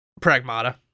pragmata